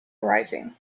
arriving